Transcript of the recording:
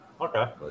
Okay